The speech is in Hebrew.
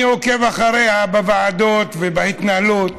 אני עוקב אחריה בוועדות ובהתנהלות.